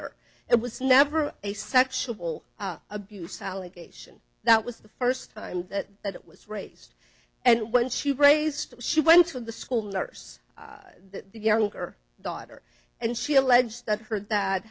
or it was never a sexual abuse allegation that was the first time that it was raised and when she raised she went to the school nurse the younger daughter and she alleged that her that